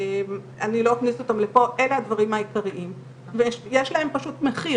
אלה הן המגמות בתמותה,